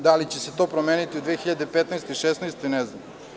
Da li će se to promeniti u 2015. ili 2016. godini, to ne znam.